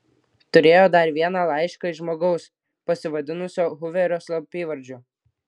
turėjo dar vieną laišką iš žmogaus pasivadinusio huverio slapyvardžiu